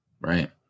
Right